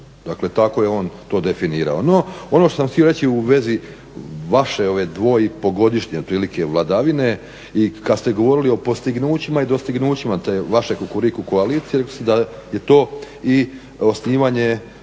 dakle tako je to on definirao. No ono što sam htio reći u vezi vaše ove 2,5 godišnje vladavine i kad ste govorili o postignućima i dostignućima te vaše Kukuriku koalicije rekli ste da je to i osnivanje